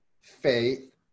faith